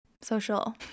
social